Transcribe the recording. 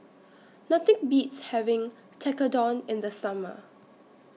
Nothing Beats having Tekkadon in The Summer